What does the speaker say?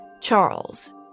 Charles